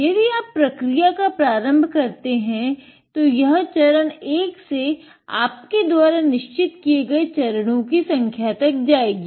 अगर आप प्रक्रिया का प्रारंभ करता है तो यह चरण 1 से आपके द्वारा निश्चित किये गए चरणों की संख्या तक जाएगी